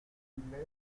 inglés